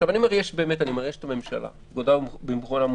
שבהם זה הורדה של תקנה 2, ההגבלה של ה-1000